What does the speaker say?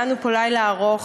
היה לנו פה לילה ארוך,